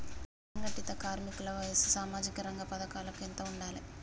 అసంఘటిత కార్మికుల వయసు సామాజిక రంగ పథకాలకు ఎంత ఉండాలే?